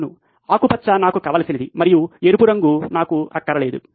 అవును ఆకుపచ్చ నాకు కావలసినది మరియు ఎరుపు రంగు నాకు అక్కరలేదు